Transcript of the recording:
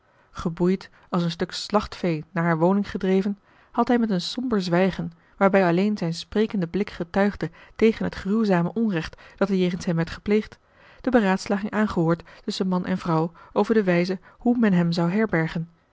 geboeid als een stuk slachtvee naar hare woning gedreven had hij met een somber zwijgen waarbij alleen zijn sprekende blik getuigde tegen het gruwzame onrecht dat er jegens hem werd gepleegd de beraadslaging aangehoord tusschen man en vrouw over de wijze hoe men hem zou herbergen